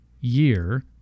year